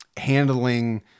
Handling